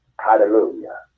Hallelujah